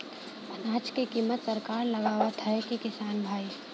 अनाज क कीमत सरकार लगावत हैं कि किसान भाई?